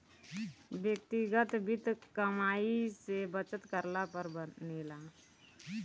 व्यक्तिगत वित्त कमाई से बचत करला पर बनेला